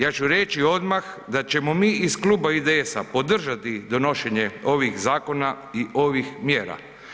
Ja ću reći odmah da ćemo mi iz Kluba IDS-a podržati donošenje ovih zakona i ovih mjera.